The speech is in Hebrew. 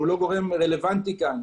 שאינו גורם רלוונטי כאן,